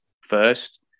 first